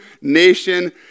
nation